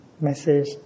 message